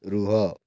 ରୁହ